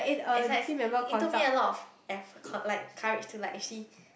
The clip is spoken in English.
it's like it took me a lot of eff~ like courage to like actually